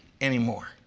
anymore